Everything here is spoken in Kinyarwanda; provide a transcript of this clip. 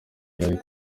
hillary